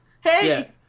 Hey